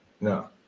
No